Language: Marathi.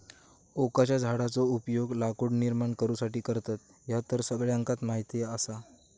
ओकाच्या झाडाचो उपयोग लाकूड निर्माण करुसाठी करतत, ह्या तर सगळ्यांका माहीत आसा